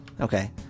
Okay